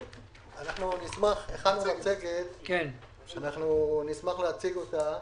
הכנתי מצגת ואנחנו נשמח להציג אותה.